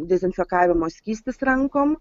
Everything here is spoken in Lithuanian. dezinfekavimo skystis rankom